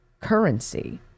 currency